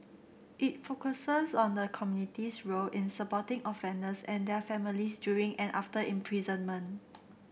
it focuses on the community's role in supporting offenders and their families during and after imprisonment